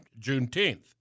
Juneteenth